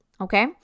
okay